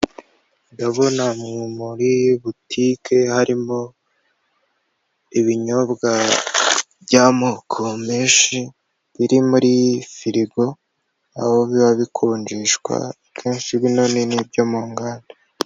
Ndabona muri butike harimo ibinyobwa by'amoko menshi biri muri firigo, aho biba bikonjeshwa akenshi bino ni n'ibyo mu nganda.